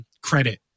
credit